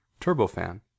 Turbofan